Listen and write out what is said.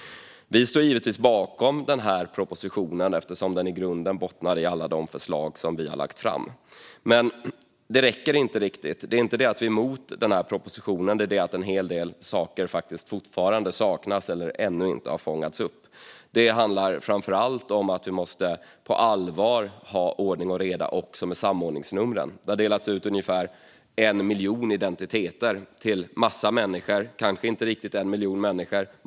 Vi står givetvis bakom den här propositionen eftersom den bottnar i alla de förslag som vi lagt fram. Men den räcker inte riktigt. Det är inte det att vi är emot propositionen; det är det att en hel del saker fortfarande saknas eller ännu inte har fångats upp. Det handlar framför allt om att vi på allvar måste ha ordning och reda också i samordningsnumren. Det har delats ut ungefär 1 miljon identiteter till massor av människor men kanske inte riktigt 1 miljon människor.